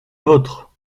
vôtre